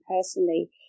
personally